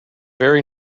very